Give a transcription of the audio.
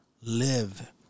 live